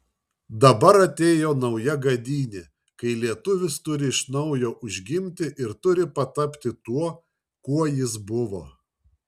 dabar atėjo nauja gadynė kai lietuvis turi iš naujo užgimti ir turi patapti tuo kuo jis buvo